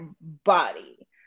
body